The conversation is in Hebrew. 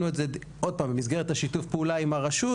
את זה עוד פעם במסגרת שיתוף הפעולה עם הרשות,